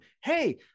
Hey